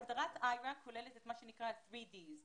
הגדרת איירה כוללת את מה שנקרא 3D .